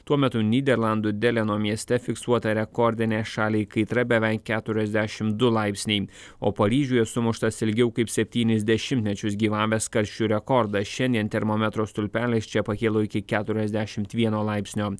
tuo metu nyderlandų deleno mieste fiksuota rekordinė šaliai kaitra beveik keturiasdešimt du laipsniai o paryžiuje sumuštas ilgiau kaip septynis dešimtmečius gyvavęs karščių rekordas šiandien termometro stulpelis čia pakilo iki keturiasdešimt vieno laipsnio